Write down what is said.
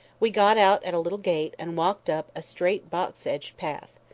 we got out at a little gate, and walked up a straight box-edged path.